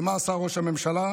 מה עשה ראש הממשלה?